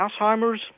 Alzheimer's